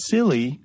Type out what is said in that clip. Silly